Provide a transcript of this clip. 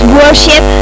worship